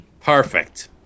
Perfect